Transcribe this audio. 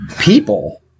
People